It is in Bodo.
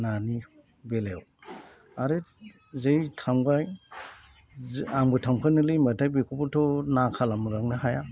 नानि बेलायाव आरो जै थांबाय आंबो थांफानोलै होन्नाबाथाय बेखौबोथ' ना खालामलांनो हाया